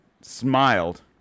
smiled